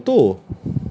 you cakap motor